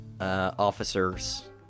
officers